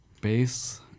bass